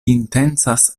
intencas